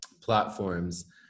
platforms